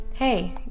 Hey